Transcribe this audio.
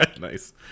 Nice